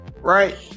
right